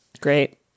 Great